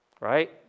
Right